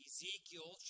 Ezekiel